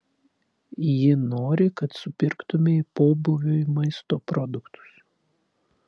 ji nori kad supirktumei pobūviui maisto produktus